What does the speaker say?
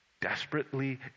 desperately